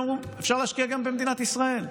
אמרו: אפשר להשקיע גם במדינת ישראל.